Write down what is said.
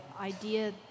idea